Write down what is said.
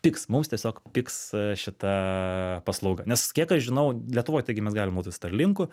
pigs mums tiesiog pigs šita paslauga nes kiek aš žinau lietuvoj taigi mes galim naudotis starlinku